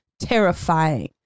terrifying